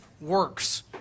works